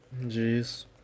Jeez